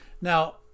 Now